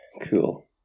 Cool